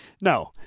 No